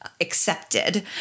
accepted